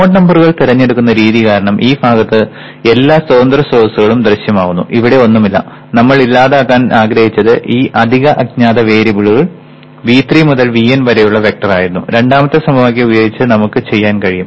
node നമ്പറുകൾ തിരഞ്ഞെടുക്കുന്ന രീതി കാരണം ഈ ഭാഗത്ത് എല്ലാ സ്വതന്ത്ര സ്രോതസ്സുകളും ദൃശ്യമാകുന്നു ഇവിടെ ഒന്നുമില്ല നമ്മൾ ഇല്ലാതാക്കാൻ ആഗ്രഹിച്ചത് ഈ അധിക അജ്ഞാത വേരിയബിളുകൾ V3 മുതൽ Vn വരെയുള്ള വെക്റ്റർ ആയിരുന്നു രണ്ടാമത്തെ സമവാക്യം ഉപയോഗിച്ച് നമുക്ക് ചെയ്യാൻ കഴിയും